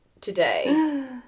today